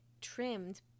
trimmed